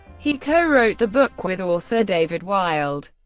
he co-wrote the book with author david wild,